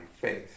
face